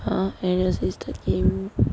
err N_U_S is the game